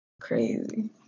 Crazy